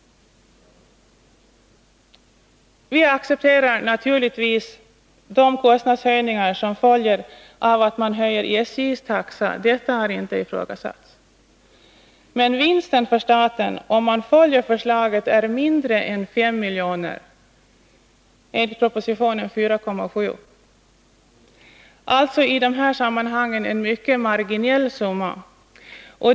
Vi accepterar naturligtvis de kostnadshöjningar som följer av att man höjer SJ:s taxa. Detta har inte ifrågasatts. Men vinsten för staten, om man följer förslaget, är mindre än 5 miljoner — enligt propositionen 4,7 miljoner — alltså i de sammanhangen en mycket marginell summa.